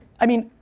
i mean,